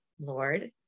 Lord